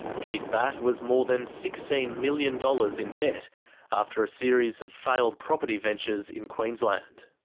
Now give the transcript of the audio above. keith batt was more than sixteen million dollars in debt after a series of failed property ventures in queensland.